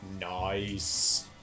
Nice